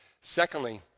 Secondly